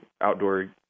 outdoor